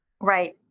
Right